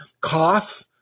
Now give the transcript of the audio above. cough